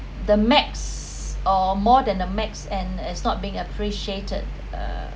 the max or more than the max and it's not being appreciated uh